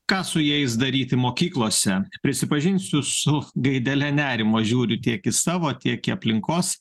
ką su jais daryti mokyklose prisipažinsiu su gaidele nerimo žiūriu tiek į savo tiek į aplinkos